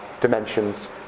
dimensions